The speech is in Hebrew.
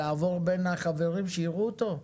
לעבור בין החברים שיראו אותו?